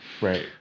Right